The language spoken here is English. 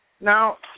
Now